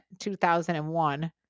2001